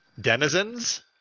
denizens